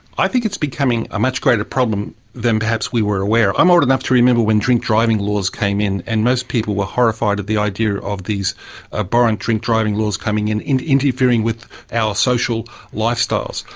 i think it's becoming a much greater problem than perhaps we were aware. i'm old enough to remember when drink driving laws came in, and most people were horrified at the idea of these abhorrent drink driving laws coming in and interfering with our social lifestyles.